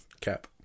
Cap